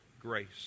grace